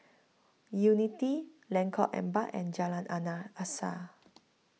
Unity Lengkong Empat and Jalan Anna Asas